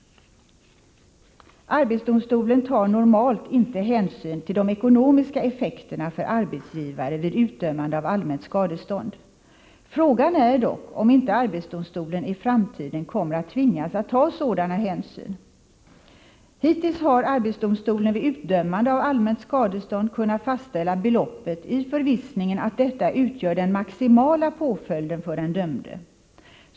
Arbetsdomstolen tar vanligtvis inte hänsyn till de ekonomiska effekterna för arbetsgivare vid utdömande av allmänt skadestånd. Frågan är dock om inte arbetsdomstolen i framtiden kommer att tvingas att ta sådana hänsyn. Hittills har arbetsdomstolen vid utdömande av allmänt skadestånd kunnat fastställa beloppet i förvissningen att detta utgör den maximala påföljden för den dömde.